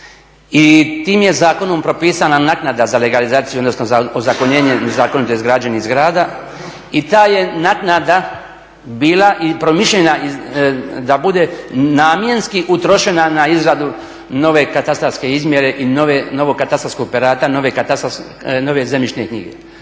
i tim je zakonom propisana naknada za legalizaciju, odnosno za ozakonjenje nezakonito izgrađenih zgrada i ta je naknada bili i promišljena da bude namjenski utrošena na izradu nove katastarske izmjere i novog katastarskog operata, nove zemljišne knjige.